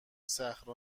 صخره